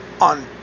on